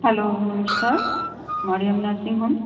hello নমস্কার Mariam nursing home